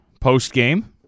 post-game